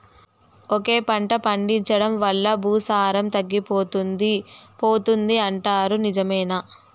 ఒకే పంట పండించడం వల్ల భూసారం తగ్గిపోతుంది పోతుంది అంటారు నిజమేనా